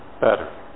better